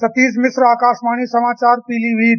सतीश मिश्र आकाशवाणी समाचार पीलीभीत